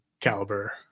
caliber